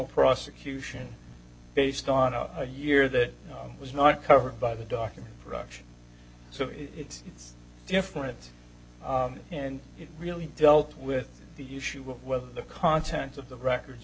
prosecution based on a year that was not covered by the document production so it's different and it really dealt with the issue of whether the contents of the records